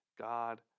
God